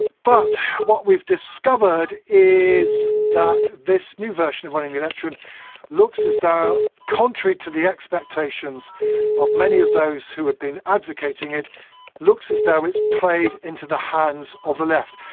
but what we discovered is that this new version of running the election looks as though, contrary to the expectations of many of those who had been advocating it, it looks as though it's played into the hands of the left,